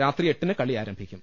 രാത്രി എട്ടിന് കളി ആരംഭിക്കും